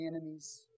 enemies